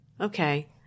okay